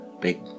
big